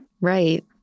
Right